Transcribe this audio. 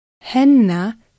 Henna